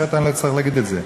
אחרת אני לא אצטרך להגיד את זה.